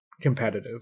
competitive